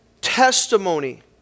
testimony